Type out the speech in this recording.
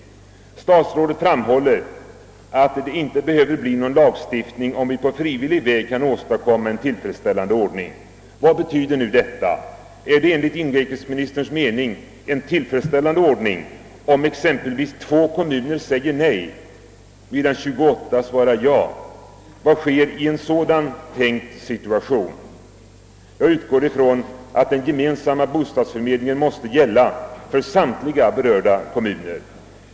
Statsrådet framhåller att det inte behöver bli någon lagstiftning, om vi på frivillig väg kan åstadkomma en tillfredsställande ordning. Vad betyder detta? Är det enligt inrikesministerns mening en tillfredsställande ordning, om exempelvis 2 kommuner säger nej, medan 28 svarar ja? Vad sker i en sådan tänkt situation? Jag utgår från att den gemensamma bostadsförmedlingen måste gälla för samtliga berörda kommuner.